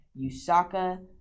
Yusaka